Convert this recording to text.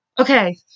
okay